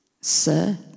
Sir